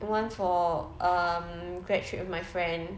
one for um grad~ trip with my friend